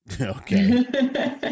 Okay